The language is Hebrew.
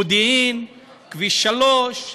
מודיעין, כביש 3,